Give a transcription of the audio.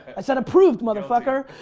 i said approved, mother fucker.